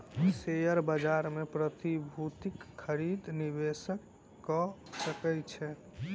share बाजार मे प्रतिभूतिक खरीद निवेशक कअ सकै छै